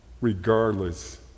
regardless